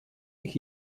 ich